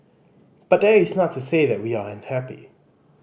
but that is not to say that we are unhappy